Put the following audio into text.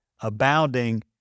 abounding